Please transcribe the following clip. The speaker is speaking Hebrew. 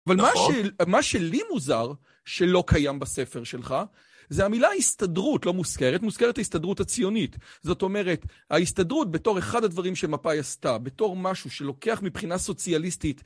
אבל מה שלי מוזר, שלא קיים בספר שלך, זה המילה הסתדרות, לא מוזכרת, מוזכרת ההסתדרות הציונית. זאת אומרת, ההסתדרות בתור אחד הדברים שמפא"י עשתה, בתור משהו שלוקח מבחינה סוציאליסטית,